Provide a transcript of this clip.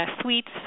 sweets